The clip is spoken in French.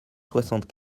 soixante